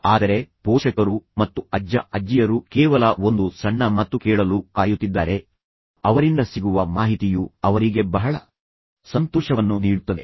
ಆದರೆ ಪೋಷಕರು ಮತ್ತು ಅಜ್ಜ ಅಜ್ಜಿಯರು ಕೇವಲ ಒಂದು ಸಣ್ಣ ಮಾತು ಕೇಳಲು ಕಾಯುತ್ತಿದ್ದಾರೆ ಅವರಿಂದ ಸಿಗುವ ಮಾಹಿತಿಯು ಅವರಿಗೆ ಬಹಳ ಸಂತೋಷವನ್ನು ನೀಡುತ್ತದೆ